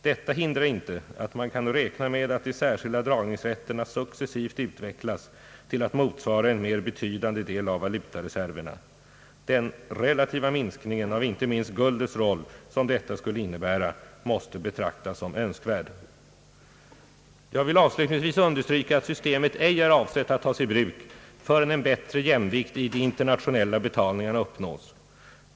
Detta hindrar inte att man kan räkna med att de särskilda dragningsrätterna successivt utvecklas till att motsvara en mera betydande del av valutareserverna. Den relativa minskningen av inte minst guldets roll, som detta skulle innebära, måste betraktas som önskvärd. Jag vill avslutningsvis understryka att systemet ej är avsett att tas i bruk förrän en bättre jämvikt i de internationella betalningarna uppnås.